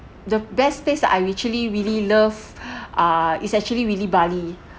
the best place I actually really love ah it's actually really bali